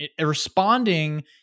Responding